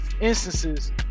instances